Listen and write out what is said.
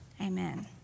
Amen